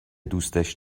دوستش